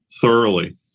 thoroughly